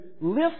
lift